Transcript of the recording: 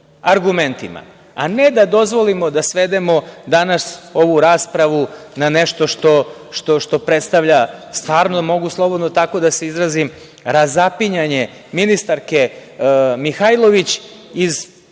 argumentima, a ne da dozvolimo da svedemo danas ovu raspravu na nešto što predstavlja stvarno, mogu slobodno tako da se izrazim, razapinjanje ministarke Mihajlović iz,